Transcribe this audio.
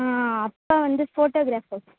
அப்பா வந்து போட்டோகிராஃபர்